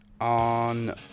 On